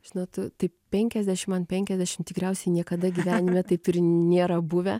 žinot taip penkiasdešim ant penkiasdešim tikriausiai niekada gyvenime taip ir nėra buvę